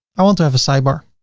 i want to have a sidebar.